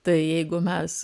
tai jeigu mes